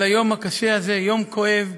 ליום הקשה הזה, יום כואב,